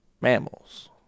mammals